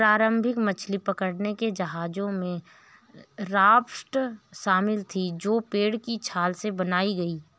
प्रारंभिक मछली पकड़ने के जहाजों में राफ्ट शामिल थीं जो पेड़ की छाल से बनाई गई